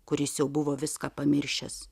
kuris jau buvo viską pamiršęs